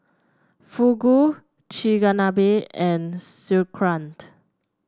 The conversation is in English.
Fugu Chigenabe and Sauerkraut